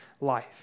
life